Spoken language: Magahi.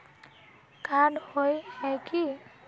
कार्ड होय है की?